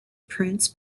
prints